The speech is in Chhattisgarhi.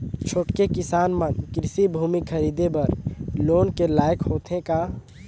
छोटके किसान मन कृषि भूमि खरीदे बर लोन के लायक होथे का?